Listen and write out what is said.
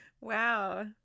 Wow